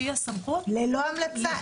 שהיא הסמכות להחליט --- ללא המלצה,